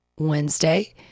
Wednesday